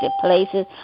places